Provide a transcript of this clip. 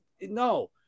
no